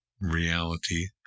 reality